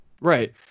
Right